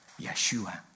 Yeshua